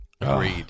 Agreed